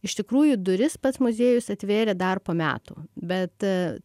iš tikrųjų duris pats muziejus atvėrė dar po metų bet